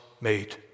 made